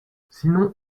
sinon